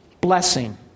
blessing